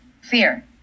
Fear